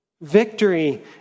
Victory